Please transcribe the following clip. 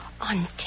On